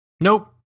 nope